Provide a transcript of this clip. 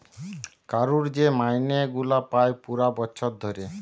কারুর যে মাইনে গুলা পায় পুরা বছর ধরে